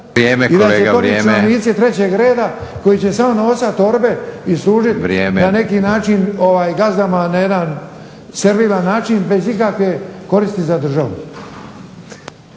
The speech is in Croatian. i da će to biti činovnici trećeg reda koji će samo nosat torbe i služiti na neki način gazdama na jedan servilan način bez ikakve koristi za državu.